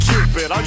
Cupid